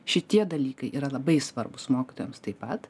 šitie dalykai yra labai svarbūs mokytojams taip pat